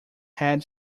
had